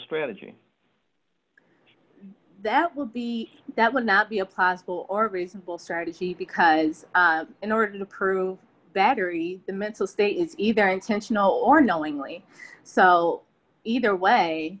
strategy that will be that would not be a possible or reasonable strategy because in order to prove that every mental state is either intentional or knowingly so either way